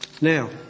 Now